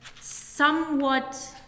somewhat